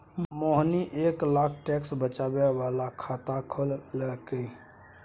मोहिनी एक लाख टैक्स बचाबै बला खाता खोललकै